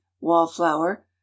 wallflower